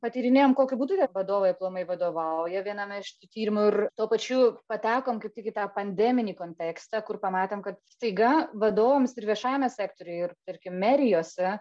patyrinėjom kokiu būdu jie vadovai aplamai vadovauja viename iš tyrimų ir tuo pačiu patekom kaip tik į tą pandeminį kontekstą kur pamatėm kad staiga vadovams ir viešajame sektoriuje ir tarkim merijose